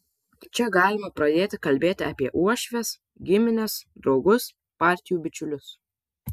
čia galima pradėti kalbėti apie uošves gimines draugus partijų bičiulius